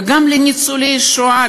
וגם לניצולי השואה,